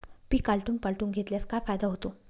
पीक आलटून पालटून घेतल्यास काय फायदा होतो?